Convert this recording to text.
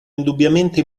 indubbiamente